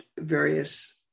various